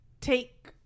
take